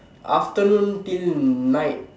afternoon till night